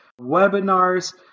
webinars